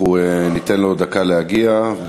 אנחנו ניתן לו דקה להגיע.